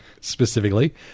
Specifically